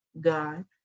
god